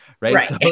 right